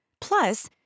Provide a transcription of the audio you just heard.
Plus